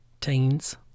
teens